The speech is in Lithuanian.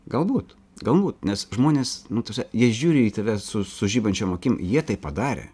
galbūt galbūt nes žmonės nu ta prasme jie žiūri į tave su su žibančiom akim jie tai padarė